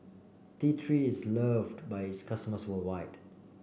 T Three is loved by its customers worldwide